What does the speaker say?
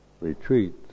retreat